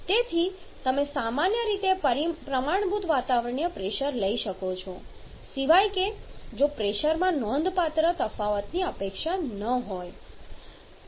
તેથી તમે સામાન્ય રીતે પ્રમાણભૂત વાતાવરણીય પ્રેશર લઈ શકો છો સિવાય કે જો પ્રેશરમાં નોંધપાત્ર તફાવતની અપેક્ષા ન હોય